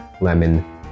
lemon